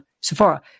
Sephora